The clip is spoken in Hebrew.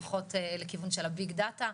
הולכות לכיוון של ה- BIG DATA,